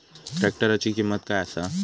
ट्रॅक्टराची किंमत काय आसा?